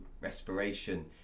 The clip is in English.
respiration